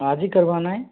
आज ही करवाना है